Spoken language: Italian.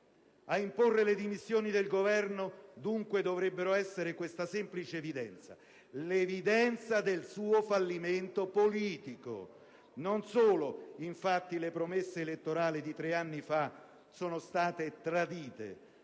a imporre le dimissioni del Governo dovrebbe essere questa semplice evidenza: l'evidenza del suo fallimento politico. Non solo, infatti, le promesse elettorali di tre anni fa sono state tradite,